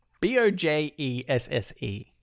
B-O-J-E-S-S-E